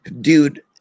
dude